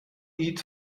eat